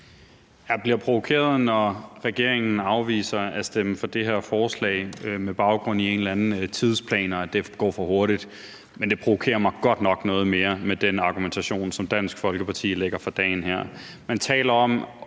Jeg bliver provokeret, når regeringen afviser at stemme for det her forslag på baggrund af en eller anden tidsplan, og på baggrund af at det går for hurtigt. Men det provokerer mig godt nok noget mere med den argumentation, som Dansk Folkeparti lægger for dagen her: